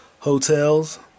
Hotels